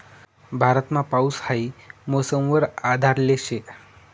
भारतमा पाऊस हाई मौसम वर आधारले शे